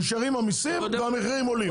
נשארים המסים, והמחירים עולים.